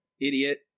idiot